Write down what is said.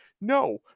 no